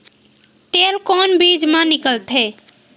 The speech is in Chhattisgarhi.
तेल कोन बीज मा निकलथे?